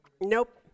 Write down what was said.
Nope